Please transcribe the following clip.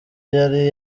yari